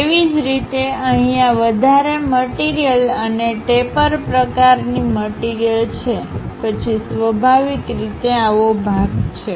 તેવી જ રીતે અહીંયા વધારે મટીરીયલ અને ટેપર પ્રકારની મટીરીયલછે પછી સ્વાભાવિક રીત આવો ભાગ છે